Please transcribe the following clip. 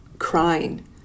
crying